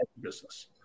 business